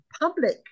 public